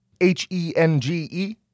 H-E-N-G-E